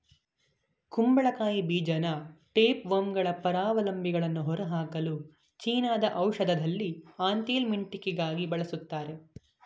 ಕುಂಬಳಕಾಯಿ ಬೀಜನ ಟೇಪ್ವರ್ಮ್ಗಳ ಪರಾವಲಂಬಿಗಳನ್ನು ಹೊರಹಾಕಲು ಚೀನಾದ ಔಷಧದಲ್ಲಿ ಆಂಥೆಲ್ಮಿಂಟಿಕಾಗಿ ಬಳಸ್ತಾರೆ